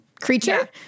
creature